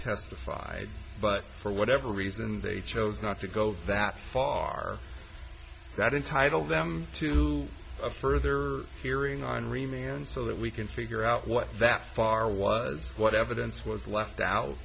testified but for whatever reason they chose not to go that far that entitle them to a further hearing on remey and so that we can figure out what that far was what evidence was left out